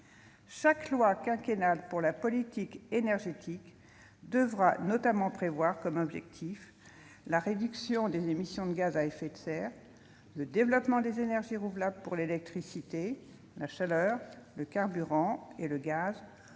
Chaque loi quinquennale pour la politique énergétique devra notamment prévoir la réduction des émissions de gaz à effet de serre, le développement des énergies renouvelables pour l'électricité, la chaleur, le carburant et le gaz,